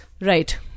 Right